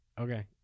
Okay